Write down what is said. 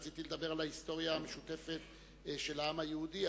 רציתי לדבר על ההיסטוריה המשותפת של העם היהודי.